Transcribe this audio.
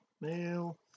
male